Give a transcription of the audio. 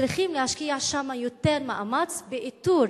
צריכים להשקיע שם יותר מאמץ באיתור